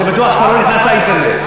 אני בטוח שאתה לא נכנס לאינטרנט.